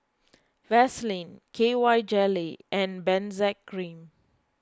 Vaselin K Y jelly and Benzac Cream